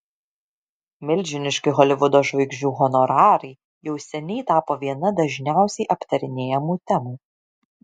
milžiniški holivudo žvaigždžių honorarai jau seniai tapo viena dažniausiai aptarinėjamų temų